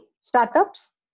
Startups